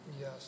Yes